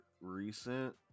recent